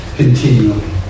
continually